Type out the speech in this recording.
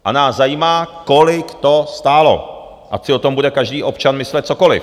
A nás zajímá, kolik to stálo, ať si o tom bude každý občan myslet cokoliv.